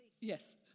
Yes